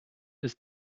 ist